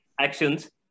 actions